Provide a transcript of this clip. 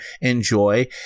enjoy